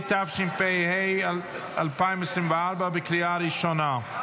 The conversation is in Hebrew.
התשפ"ה 2024, בקריאה ראשונה.